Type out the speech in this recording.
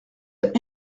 d’un